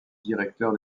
directeur